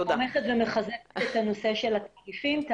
אני תומכת בנושא של תעריפים ומחזקת אותו.